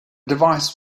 device